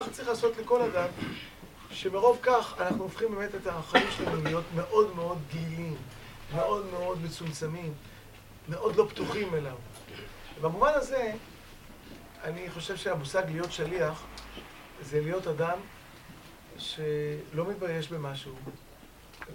מה צריך לעשות לכל אדם, שמרוב כך אנחנו הופכים באמת את החיים שלנו להיות מאוד מאוד ..., מאוד מאוד מצומצמים, מאוד לא פתוחים אליו. ובמובן הזה, אני חושב שהמושג להיות שליח, זה להיות אדם שלא מתבייש במה שהוא.